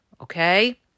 Okay